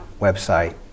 website